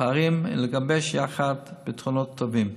פערים ולגבש יחד פתרונות טובים.